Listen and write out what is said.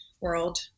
world